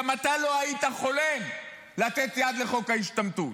גם אתה לא היית חולם לתת יד לחוק ההשתמטות.